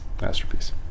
masterpiece